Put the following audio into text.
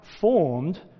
formed